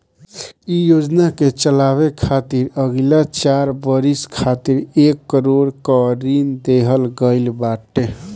इ योजना के चलावे खातिर अगिला चार बरिस खातिर एक करोड़ कअ ऋण देहल गईल बाटे